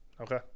Okay